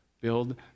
Build